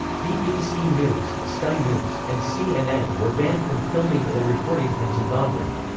bbc news, sky news, and cnn were banned from filming or reporting from zimbabwe.